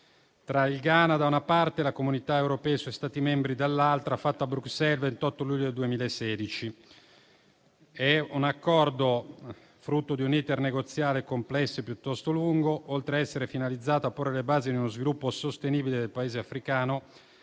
tra il Ghana, da una parte, e la Comunità europea e i suoi Stati membri, dall'altra, fatto a Bruxelles il 28 luglio 2016. L'Accordo, frutto di un *iter* negoziale complesso e piuttosto lungo, oltre a essere finalizzato a porre le basi di uno sviluppo sostenibile del Paese africano,